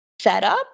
setup